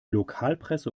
lokalpresse